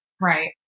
Right